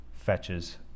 fetches